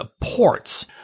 ports